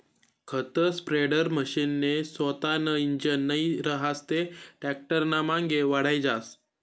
खत स्प्रेडरमशीनले सोतानं इंजीन नै रहास ते टॅक्टरनामांगे वढाई जास